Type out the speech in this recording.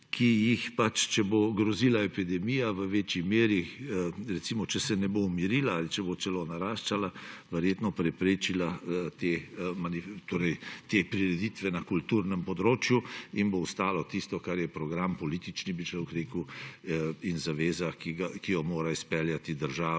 ki jih bo, če bo grozila epidemija v večji meri – recimo, če se ne bo umirila ali če bo celo naraščala – verjetno preprečila te prireditve na kulturnem področju. In ostalo bo tisto, kar je politični program in zaveze, ki jih mora izpeljati država,